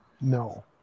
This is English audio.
No